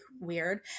weird